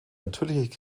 natürliche